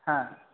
হ্যাঁ